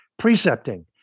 precepting